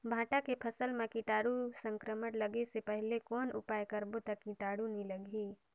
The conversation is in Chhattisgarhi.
भांटा के फसल मां कीटाणु संक्रमण लगे से पहले कौन उपाय करबो ता कीटाणु नी लगही?